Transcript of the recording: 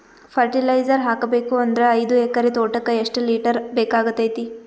Fertiliser ಹಾಕಬೇಕು ಅಂದ್ರ ಐದು ಎಕರೆ ತೋಟಕ ಎಷ್ಟ ಲೀಟರ್ ಬೇಕಾಗತೈತಿ?